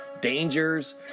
dangers